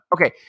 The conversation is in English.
Okay